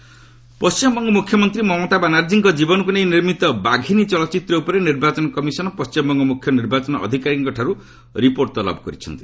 ମମତା biopic Paschimbanga ମୁଖ୍ୟମନ୍ତ୍ରୀ ମମତା ବାନାର୍ଜୀଙ୍କ ଜୀବନୀକୁ ନେଇ ନିର୍ମିତ 'ବାଘିନୀ' ଚଳଚ୍ଚିତ୍ର ଉପରେ ନିର୍ବାଚନ କମିଶନ୍ ପଶ୍ଚିମବଙ୍ଗ ମୁଖ୍ୟ ନିର୍ବାଚନ ଅଧିକାରୀଙ୍କଠାରୁ ରିପୋର୍ଟ ତଲବ କରିଛନ୍ତି